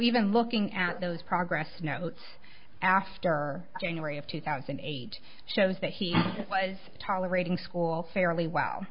even looking at those progress notes after january of two thousand and eight that he was tolerating school fairly w